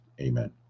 Amen